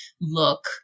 look